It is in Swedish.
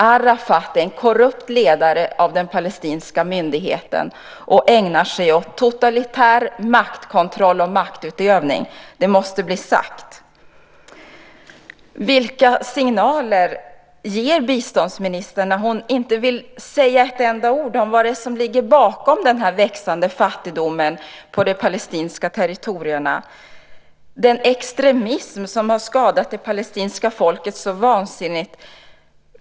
Arafat är en korrupt ledare av den palestinska myndigheten och ägnar sig åt totalitär maktkontroll och maktutövning. Det måste bli sagt. Vilka signaler ger biståndsministern när hon inte vill säga ett enda ord om vad det är som ligger bakom den växande fattigdomen på de palestinska territorierna, den extremism som har skadat det palestinska folket så vansinnigt?